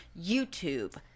YouTube